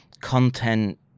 content